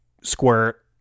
squirt